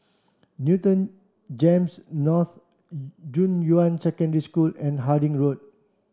Newton GEMS North Junyuan Secondary School and Harding Road